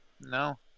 No